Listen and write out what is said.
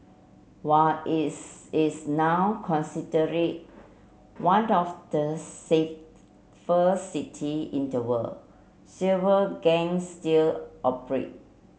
while is is now considered one the of the safest for city in the world several gangs still operate